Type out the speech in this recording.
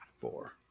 four